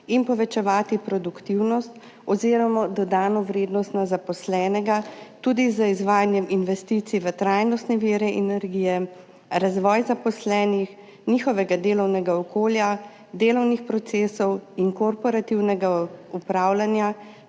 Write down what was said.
in povečevati produktivnost oziroma dodano vrednost na zaposlenega, tudi z izvajanjem investicij v trajnostne vire energije, razvojem zaposlenih, njihovega delovnega okolja, delovnih procesov in korporativnega upravljanja